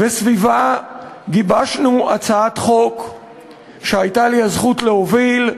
וסביבה גיבשנו הצעת חוק שהייתה לי הזכות להוביל,